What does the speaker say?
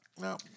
no